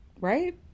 Right